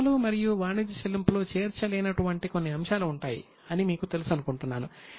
రుణాలు మరియు వాణిజ్య చెల్లింపుల్లో చేర్చలేనటువంటి కొన్ని అంశాలు ఉంటాయి అని మీకు తెలుసు అనుకుంటున్నాను